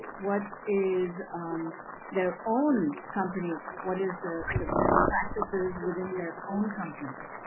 what is their own company. what is the the best practices within their own companies,